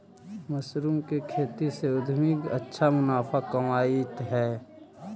mushroom के खेती से उद्यमी अच्छा मुनाफा कमाइत हइ